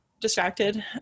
distracted